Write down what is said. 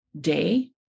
day